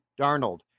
Darnold